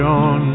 on